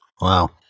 Wow